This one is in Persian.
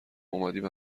اومدیم